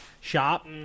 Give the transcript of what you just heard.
shop